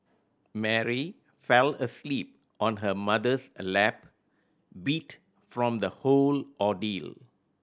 Mary fell asleep on her mother's a lap beat from the whole ordeal